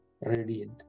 radiant